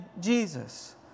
Jesus